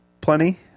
plenty